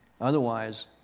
Otherwise